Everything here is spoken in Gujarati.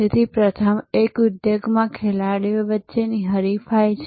તેથી પ્રથમ એક ઉદ્યોગમાં ખેલાડીઓ વચ્ચેની હરીફાઈ છે